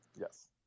Yes